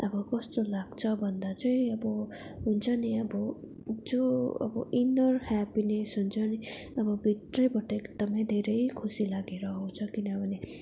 अब कस्तो लाग्छ भन्दा चाहिँ अब हुन्छ नि अब त्यो अब इनर ह्यापिनेस हुन्छ नि अब भित्रैबाटै एकदमै धेरै खुसी लागेर आउँछ किनभने